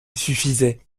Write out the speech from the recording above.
suffisait